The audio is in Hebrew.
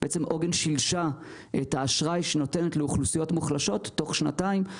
בעצם עוגן שילשה את האשראי שהיא נותנת לאוכלוסיות מוחלשות תוך שנתיים,